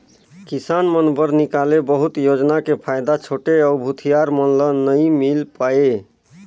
किसान मन बर निकाले बहुत योजना के फायदा छोटे अउ भूथियार मन ल नइ मिल पाये